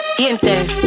dientes